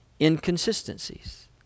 inconsistencies